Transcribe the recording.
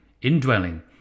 indwelling